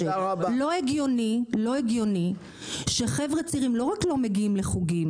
לא הגיוני שחבר'ה צעירים לא רק לא מגיעים לחוגים